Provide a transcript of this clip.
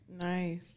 Nice